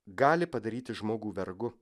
gali padaryti žmogų vergu